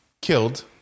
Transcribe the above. killed